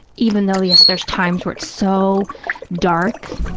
even though, yes, there's times where it's so dark,